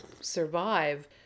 survive